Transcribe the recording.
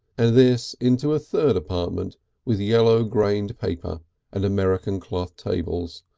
and this into a third apartment with yellow grained paper and american cloth tables,